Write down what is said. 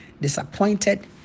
disappointed